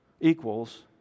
equals